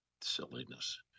silliness